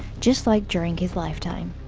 just like during his lifetime.